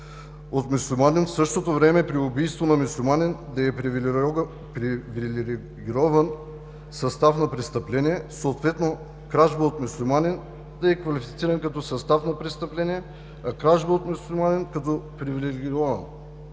от мюсюлманин. В същото време при убийство на мюсюлманин да е привилегирован състав на престъпление, съответно кражба от мюсюлманин да я квалифицираме като състав на престъпление, а кражба от мюсюлманин - като привилегирован.